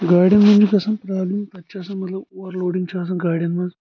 گاڑین منٛز چھ گژھان پروبلِم تَتہِ چھُ آسان مطلب اوٚورلوڈِنٛگ چھ آسان گاڑین منٛز